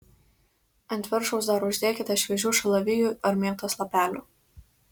ant viršaus dar uždėkite šviežių šalavijų ar mėtos lapelių